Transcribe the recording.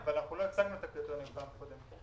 אבל לא הצגנו את הקריטריונים בפעם הקודמת.